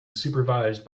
supervised